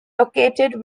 located